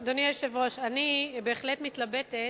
אדוני היושב-ראש, אני בהחלט מתלבטת,